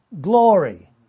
glory